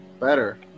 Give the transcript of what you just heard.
better